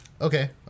Okay